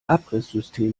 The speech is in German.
abrisssysteme